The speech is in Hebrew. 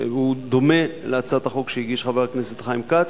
שדומה להצעת החוק שהגיש חבר הכנסת חיים כץ,